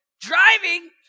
driving